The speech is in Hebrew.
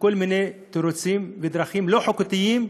בכל מיני תירוצים ודרכים לא חוקתיים,